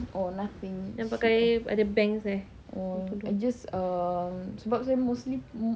oh nothing oh I just err sebab saya mostly em~